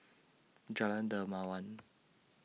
Jalan Dermawan